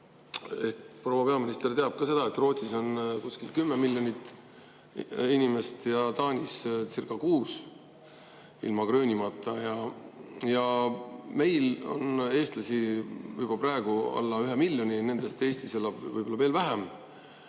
proua peaminister teab ka seda, et Rootsis on kuskil 10 miljonit inimest ja Taaniscirca6, ilma Gröönimaata, ja meil on eestlasi juba praegu alla 1 miljoni, nendest Eestis elab võib-olla veel vähem.